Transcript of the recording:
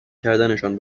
کردنشان